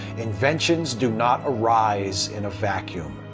inventions do not arise in a vacuum.